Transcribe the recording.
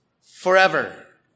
forever